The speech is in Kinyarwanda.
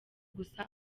gusa